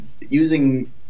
using